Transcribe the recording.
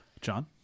John